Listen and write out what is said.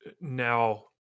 now